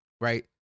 Right